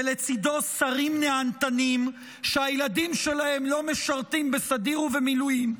ולצידו שרים נהנתנים שהילדים שלהם לא משרתים בסדיר ובמילואים,